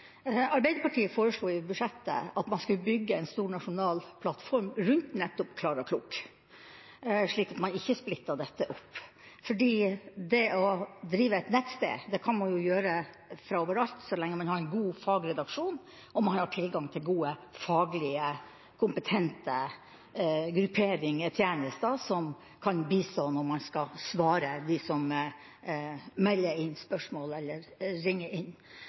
Arbeiderpartiet foreslo i budsjettet at man skulle bygge en stor, nasjonal plattform rundt nettopp Klara Klok, slik at man ikke splittet dette opp. Å drive et nettsted kan man jo gjøre overalt så lenge man har en god fagredaksjon og tilgang til gode, faglig kompetente grupperinger og tjenester som kan bistå når man skal svare dem som melder inn spørsmål eller ringer inn.